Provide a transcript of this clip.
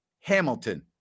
Hamilton